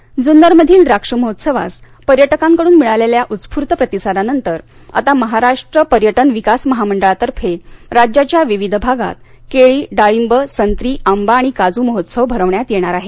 महोत्सव जुन्नरमधील द्राक्ष महोत्सवास पर्यटकांकडून मिळालेल्या उत्स्फूर्त प्रतिसादानंतर आता महाराष्ट्र पर्यटन विकास महामंडळातर्फे राज्याच्या विविध भागात केळी डाळिंब संत्री आणि आंबा काजू महोत्सव भरवण्यात येणार आहे